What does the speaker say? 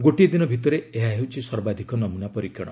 ଗୋଟିଏ ଦିନ ଭିତରେ ଏହା ହେଉଛି ସର୍ବାଧିକ ନମ୍ରନା ପରୀକ୍ଷଣ